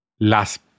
Las